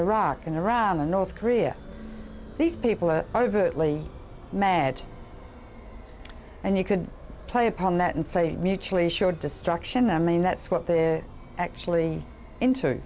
iraq and iran and north korea these people are virtually mad and you could play upon that and say mutually assured destruction i mean that's what they're actually ent